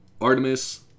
artemis